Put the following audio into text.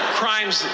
crimes